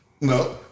No